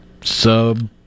sub